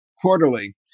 Quarterly